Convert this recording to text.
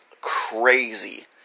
crazy